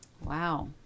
Wow